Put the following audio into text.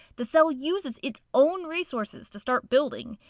the cell uses its own resources to start building.